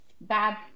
bad